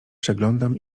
przeglądam